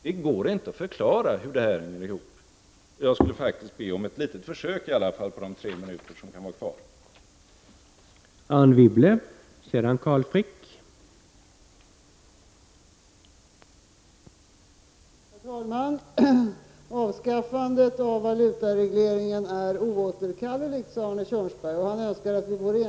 Det går inte att förklara hur det här hänger ihop, men jag skulle faktiskt vilja be om i varje fall ett litet försök på de tre minuter som Arne Kjörnsberg kan ha kvar.